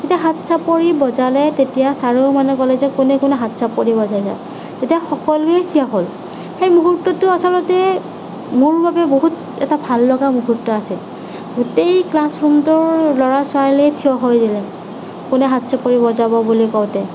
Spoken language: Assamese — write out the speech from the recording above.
যেতিয়া হাত চাপৰি বজালে তেতিয়া ছাৰেও মানে ক'লে কোনে কোনে হাত চাপৰি বজাইছা তেতিয়া সকলোৱে থিয় হ'ল সেই মুহূৰ্তটো আচলতে মোৰ বাবে বহুত এটা ভাল লগা মুহূৰ্ত আছিল গোটেই ক্লাছৰূমটোৰ ল'ৰা ছোৱালীয়ে থিয় হৈ দিলে কোনে হাত চাপৰি বজাব বুলি কওঁতে